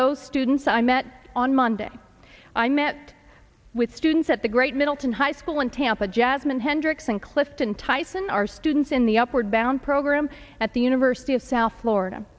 those students i met on monday i met with students at the great middleton high school in tampa jasmine hendricks and clifton tyson are students in the upward bound program at the university of south florida